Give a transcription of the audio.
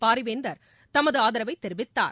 பாரிவேந்தர் தமது ஆதரவை தெரிவித்தார்